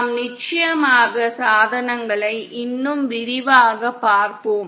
நாம் நிச்சயமாக சாதனங்களை இன்னும் விரிவாக பார்ப்போம்